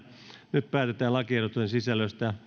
nyt päätetään lakiehdotuksen sisällöstä